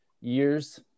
years